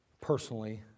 personally